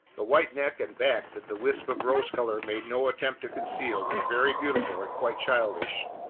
the white neck and back that the wisp of rose-color made no attempt to conceal were very beautiful and quite childish,